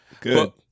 Good